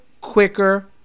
quicker